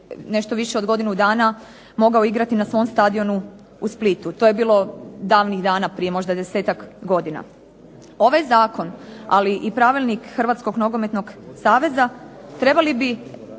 nešto više od godinu dana mogao igrati na svom stadionu u Splitu. To je bilo davnih dana, prije možda desetak godina. Ovaj zakon, ali i Pravilnik hrvatskog nogometnog saveza trebali bi